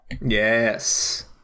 Yes